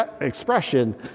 expression